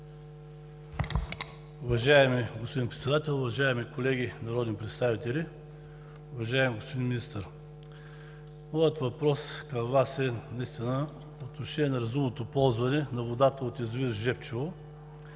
Уважаеми господин Председател, уважаеми колеги народни представители! Уважаеми господин Министър, моят въпрос към Вас е по отношение на разумното ползване на водата от язовир „Жребчево“.